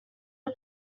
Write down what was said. ngo